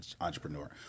entrepreneur